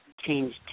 changed